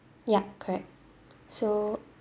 yup correct so